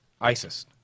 ISIS